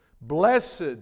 Blessed